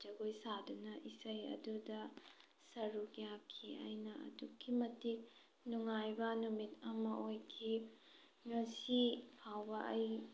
ꯖꯒꯣꯏ ꯁꯥꯗꯨꯅ ꯏꯁꯩ ꯑꯗꯨꯗ ꯁꯔꯨꯛ ꯌꯥꯈꯤ ꯑꯩꯅ ꯑꯗꯨꯛꯀꯤ ꯃꯇꯤꯛ ꯅꯨꯉꯥꯏꯕ ꯅꯨꯃꯤꯠ ꯑꯃ ꯑꯣꯏꯈꯤ ꯉꯁꯤ ꯐꯥꯎꯕ ꯑꯩ